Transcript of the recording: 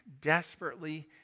desperately